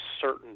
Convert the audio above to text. certain